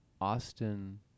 Austin